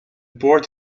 port